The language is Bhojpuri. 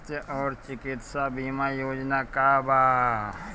स्वस्थ और चिकित्सा बीमा योजना का बा?